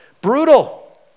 Brutal